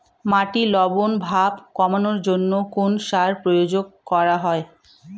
মাটির লবণ ভাব কমানোর জন্য কোন সার প্রয়োগ করা হয়?